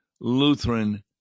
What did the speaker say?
Lutheran